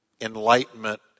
Enlightenment